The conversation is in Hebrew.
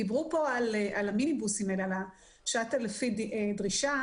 דיברו פה על המיניבוסים, על השאטל לפי דרישה.